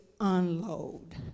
unload